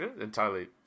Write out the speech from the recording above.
Entirely